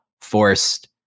forced